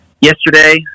yesterday